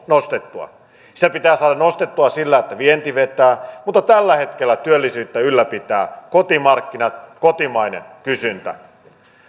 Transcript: nostettua sitä pitää saada nostettua sillä että vienti vetää mutta tällä hetkellä työllisyyttä ylläpitävät kotimarkkinat kotimainen kysyntä